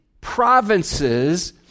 provinces